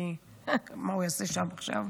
כי מה הוא יעשה שם עכשיו?